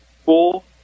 full